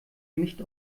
nicht